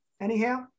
anyhow